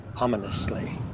ominously